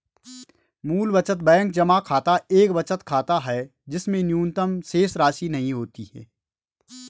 मूल बचत बैंक जमा खाता एक बचत खाता है जिसमें न्यूनतम शेषराशि नहीं होती है